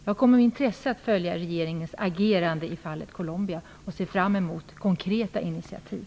Jag kommer med intresse att följa regeringens agerande i fallet Colombia. Jag ser fram emot konkreta initiativ.